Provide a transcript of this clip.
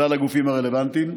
כלל הגופים הרלוונטיים.